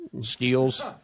skills